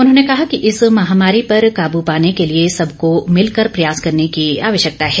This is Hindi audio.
उन्होंने कहा कि इस महामारी पर काब पाने के लिए सबको मिलकर प्रयास करने की आवश्यकता है